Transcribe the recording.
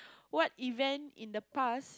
what event in the past